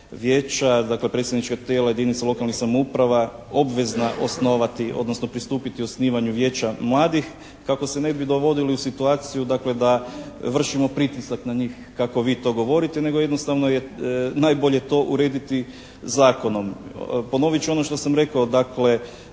vijeća, dakle predstavnička tijela jedinica lokalnih samouprava obvezna osnovati odnosno pristupiti osnivanju Vijeća mladih kako se ne bi dovodili u situaciju dakle da vršimo pritisak na njih kako vi to govorite, nego jednostavno je najbolje to urediti zakonom. Ponovit ću ono što sam rekao dakle